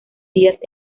días